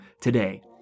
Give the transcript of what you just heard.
today